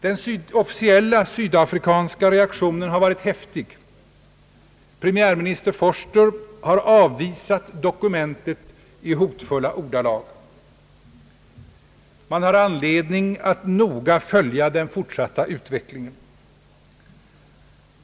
Den officiella sydafrikanska reaktionen har varit häftig. Premiärminister Vorster har avvisat dokumentet i hotfulla ordalag. Man har anledning att noga följa den fortsatta utvecklingen.